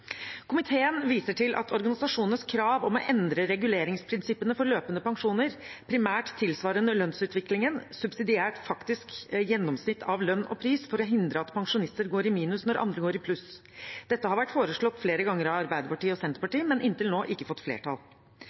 Komiteen viser til organisasjonenes krav om å endre reguleringsprinsippene for løpende pensjoner primært tilsvarende lønnsutviklingen, subsidiært med faktisk gjennomsnitt av lønn og pris for å hindre at pensjonister går i minus når andre går i pluss. Dette har vært foreslått flere ganger av Arbeiderpartiet og Senterpartiet, men har inntil nå ikke fått flertall.